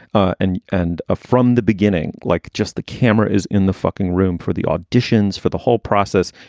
and and ah from the beginning, like just the camera is in the fucking room for the auditions, for the whole process.